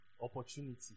Opportunity